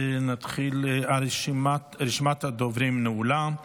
רשימת הדוברים נעולה.